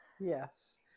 Yes